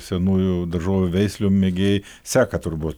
senųjų daržovių veislių mėgėjai seka turbūt